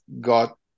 got